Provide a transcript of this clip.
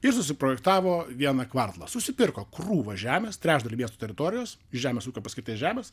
ir susiprojektavo vieną kvartalą susipirko krūvą žemės trečdalį miesto teritorijos žemės ūkio paskirties žemės